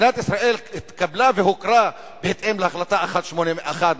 מדינת ישראל התקבלה והוכרה בהתאם להחלטה 181,